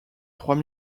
trois